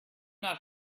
not